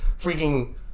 freaking